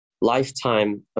lifetime